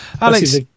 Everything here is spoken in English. Alex